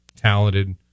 talented